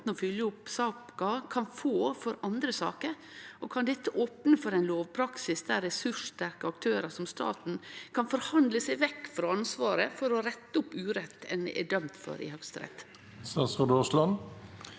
å følgje opp saka på, kan få for andre saker? Kan dette opne for ein lovpraksis der resurssterke aktørar, som staten, kan forhandle seg vekk frå ansvaret for å rette opp urett ein er dømt for i Høgsterett?